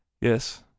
Yes